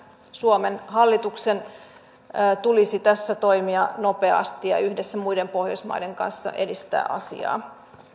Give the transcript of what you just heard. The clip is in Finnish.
suomen hallituksen tulisi tässä toimia nopeasti ja yhdessä muiden pohjoismaiden kanssa edistää asiaa